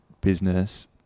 business